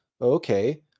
okay